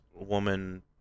woman